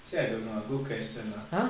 actually I don't know ah good question ah